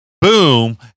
boom